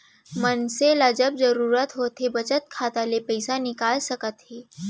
मनसे ल जब जरूरत होथे बचत खाता ले पइसा निकाल सकत हे